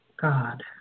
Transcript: God